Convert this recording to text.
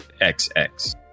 XX